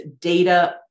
data